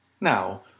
Now